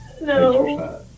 no